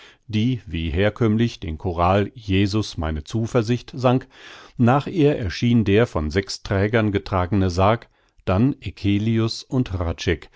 die wie herkömmlich den choral jesus meine zuversicht sang nach ihr erschien der von sechs trägern getragene sarg dann eccelius und